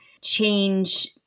change